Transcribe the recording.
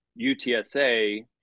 UTSA –